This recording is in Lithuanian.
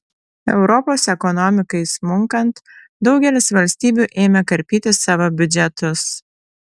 europos ekonomikai smunkant daugelis valstybių ėmė karpyti savo biudžetus